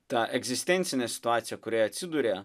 tą egzistencinę situaciją kurioje atsiduria